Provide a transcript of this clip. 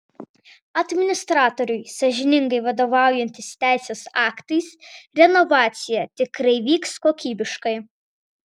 administratoriui sąžiningai vadovaujantis teisės aktais renovacija tikrai vyks kokybiškai